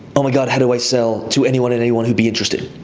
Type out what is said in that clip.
oh my god, how do i sell to anyone, and anyone who'd be interested?